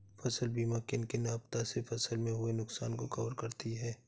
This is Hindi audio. फसल बीमा किन किन आपदा से फसल में हुए नुकसान को कवर करती है